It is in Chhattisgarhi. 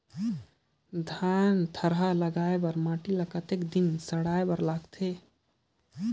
धान थरहा लगाय बर माटी ल कतेक दिन सड़ाय बर लगथे?